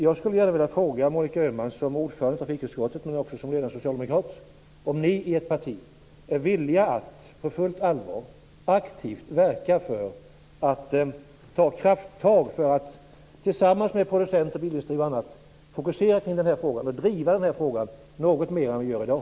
Jag skulle gärna vilja fråga Monica Öhman som ordförande i trafikutskottet men också som ledande socialdemokrat om ni i ert parti är villiga att på fullt allvar aktivt verka för att ta krafttag för att tillsammans med producenter inom bilindustrin och andra fokusera den här frågan och driva den något mer än ni gör i dag?